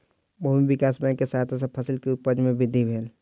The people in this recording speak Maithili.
भूमि विकास बैंक के सहायता सॅ फसिल के उपज में वृद्धि भेल